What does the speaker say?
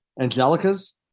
Angelica's